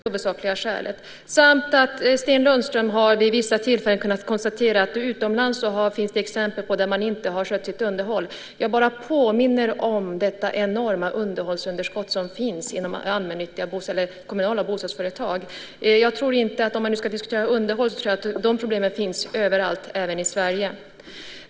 Herr talman! Svaret är alltså att det inte är bra för Sverige och bostadskonsumenterna att man har små fastighetsägare. Det är det huvudsakliga skälet, samt att Sten Lundström vid vissa tillfällen har kunnat konstatera att det finns exempel utomlands där man inte har skött sitt underhåll. Jag vill bara påminna om det enorma underhållsunderskott som finns i kommunala bostadsföretag. Om man nu ska diskutera underhåll tror jag att de problemen finns överallt även i Sverige.